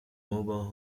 mobile